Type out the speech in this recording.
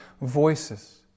voices